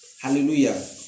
Hallelujah